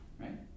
right